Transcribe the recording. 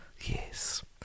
Yes